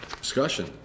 Discussion